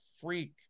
freak